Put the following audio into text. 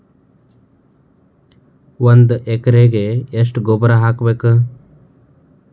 ಒಂದ್ ಎಕರೆಗೆ ಎಷ್ಟ ಗೊಬ್ಬರ ಹಾಕ್ಬೇಕ್?